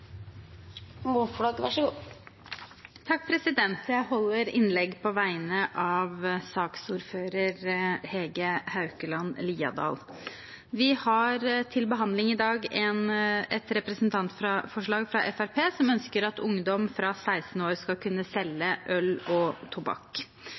Jeg holder innlegg på vegne av saksordfører Hege Haukeland Liadal. Vi har til behandling i dag et representantforslag fra Fremskrittspartiet, som ønsker at ungdom fra 16 år skal kunne